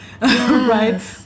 Right